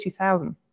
2000